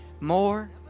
more